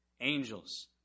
angels